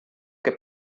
que